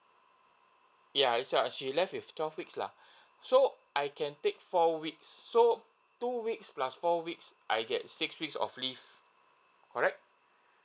yeah that's why she left with twelve weeks lah so I can take four weeks so two weeks plus four weeks I get six week of leave correct